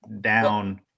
down